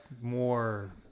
more